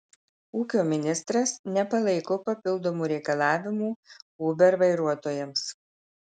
ūkio ministras nepalaiko papildomų reikalavimų uber vairuotojams